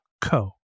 co